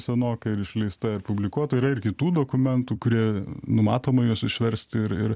senokai ir išleista ir publikuota yra ir kitų dokumentų kurie numatoma juos išverst ir ir